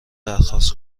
درخواست